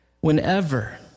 Whenever